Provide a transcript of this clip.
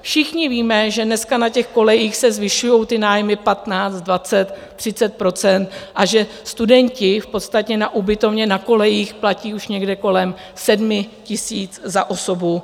Všichni víme, že dneska na těch kolejích se zvyšují nájmy 15, 20, 30 % a že studenti v podstatě na ubytovně, na kolejích platí už někde kolem 7 000 za osobu.